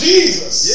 Jesus